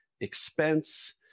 expense